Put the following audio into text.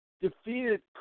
defeated